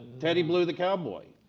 teddy blue the cowboy.